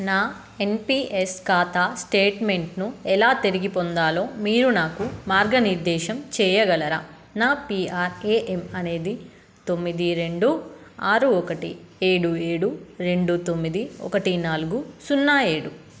నా N P S ఖాతా స్టేట్మెంట్ను ఎలా తిరిగి పొందాలో మీరు నాకు మార్గనిర్దేశం చేయగలరా నా పీ ఆర్ ఏ ఎమ్ అనేది తొమ్మిది రెండు ఆరు ఒకటి ఏడు ఏడు రెండు తొమ్మిది ఒకటి నాలుగు సున్నా ఏడు